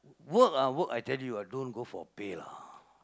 work ah work I tell you ah don't go for pay lah